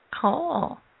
Cool